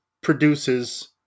produces